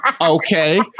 Okay